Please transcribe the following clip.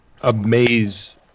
amaze